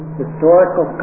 historical